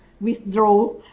withdraw